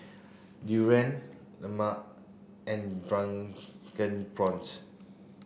durian Lemang and drunken prawns